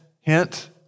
hint